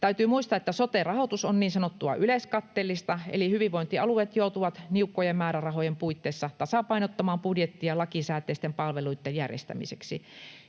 Täytyy muistaa, että sote-rahoitus on niin sanottua yleiskatteellista, eli hyvinvointialueet joutuvat niukkojen määrärahojen puitteissa tasapainottamaan budjettia lakisääteisten palveluitten järjestämiseksi.